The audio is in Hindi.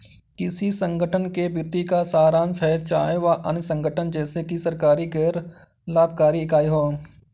किसी संगठन के वित्तीय का सारांश है चाहे वह अन्य संगठन जैसे कि सरकारी गैर लाभकारी इकाई हो